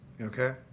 Okay